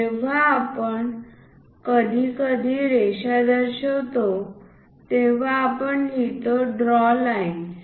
जेव्हा आपण कधीकधी रेषा दर्शवितो तेव्हा आपण लिहितो ड्रॉ लाईन्स